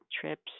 Trips